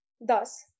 Thus